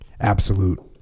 Absolute